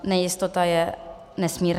Nejistota je nesmírná.